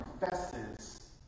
confesses